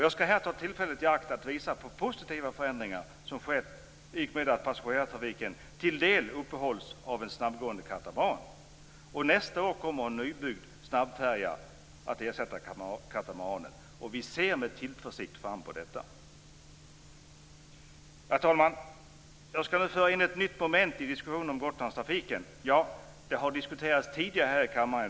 Jag skall här ta tillfället i akt att visa på den positiva förändring som skett i och med att passagerartrafiken till en del upprätthålls av en snabbgående katamaran. Nästa år kommer en nybyggd snabbfärja att ersätta katamaranen. Vi ser med tillförsikt fram emot detta. Herr talman! Jag skall nu föra in ett nytt moment i diskussionen om Gotlandstrafiken. Det har diskuterats tidigare i dag här i kammaren.